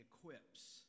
equips